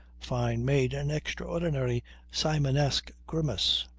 fyne made an extraordinary simiesque grimace.